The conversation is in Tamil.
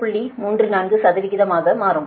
34 ஆக மாறும்